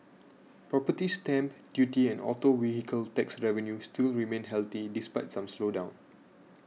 property stamp duty and auto vehicle tax revenue still remain healthy despite some slowdown